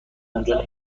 اونجا